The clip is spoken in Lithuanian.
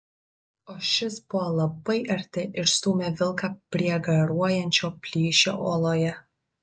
o šis buvo labai arti ir stūmė vilką prie garuojančio plyšio uoloje